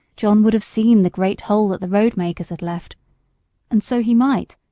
john would have seen the great hole that the road-makers had left and so he might,